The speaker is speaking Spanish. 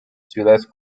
ciudades